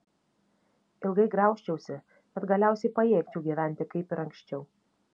ilgai graužčiausi bet galiausiai pajėgčiau gyventi kaip ir anksčiau